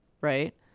right